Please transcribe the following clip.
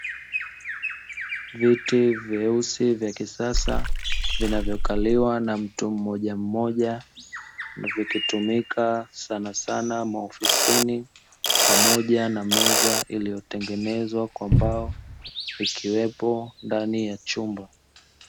Viti vyeusi vyakisasa vinavyokaliwa na mtu mmoja mmoja vikitumika sanasana maofisini pamoja na meza, iliyotengenezwa kwa mbao ikiwepo ndani ya chumba.